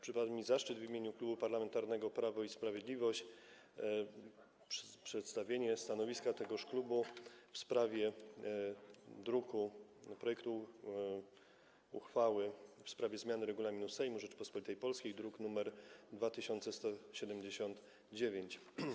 Przypadł mi zaszczyt w imieniu Klubu Parlamentarnego Prawo i Sprawiedliwość przedstawienia stanowiska tegoż klubu wobec projektu uchwały w sprawie zmiany Regulaminu Sejmu Rzeczypospolitej Polskiej, druk nr 2179.